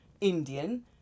Indian